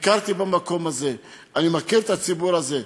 ביקרתי במקום הזה, אני מכיר את הציבור הזה.